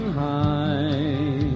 high